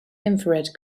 infrared